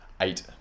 eight